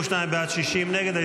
52 בעד, 60 נגד.